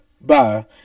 Bye